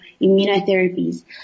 immunotherapies